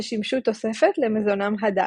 ששימשו תוספת למזונם הדל.